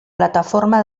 plataforma